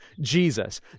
Jesus